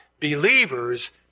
believers